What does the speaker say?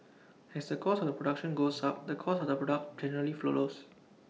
as A cost of the production goes up the cost of the product generally follows